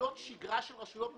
לפעולות שגרה של רשויות מקומיות.